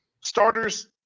starters